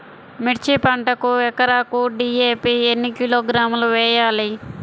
మిర్చి పంటకు ఎకరాకు డీ.ఏ.పీ ఎన్ని కిలోగ్రాములు వేయాలి?